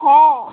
হ্যাঁ